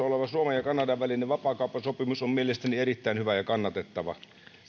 oleva suomen ja kanadan välinen vapaakauppasopimus on mielestäni erittäin hyvä ja kannatettava